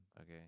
Okay